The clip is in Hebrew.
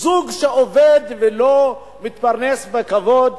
זוג שעובד ולא מתפרנס בכבוד,